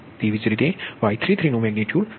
અને તે જ રીતે Y33 નું મેગનીટયુડ 67